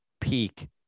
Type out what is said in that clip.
peak